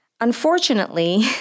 Unfortunately